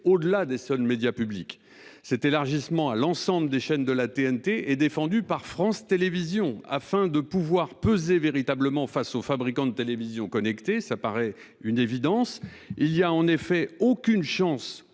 au-delà des seuls médias publics. Cet élargissement à l'ensemble des chaînes de la TNT est défendu par France Télévisions afin de pouvoir peser véritablement face aux fabricants de téléviseurs connectés- c'est une évidence. Il n'y a, en effet, aucune chance